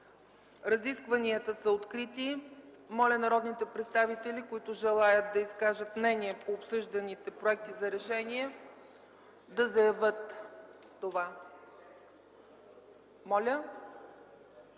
Разискванията са открити. Моля народните представители, които желаят да изкажат мнение по обсъжданите проекти за решение, да заявят това. МИХАИЛ